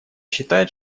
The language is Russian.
считает